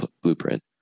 blueprint